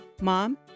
Mom